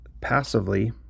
passively